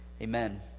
Amen